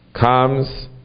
comes